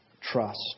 trust